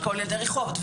את כל ילדי רחובות,